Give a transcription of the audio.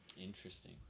Interesting